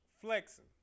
flexing